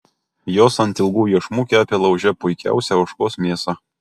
jos ant ilgų iešmų kepė lauže puikiausią ožkos mėsą